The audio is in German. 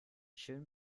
schön